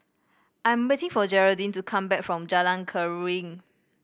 I am waiting for Jeraldine to come back from Jalan Keruing